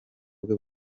bwe